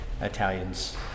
Italians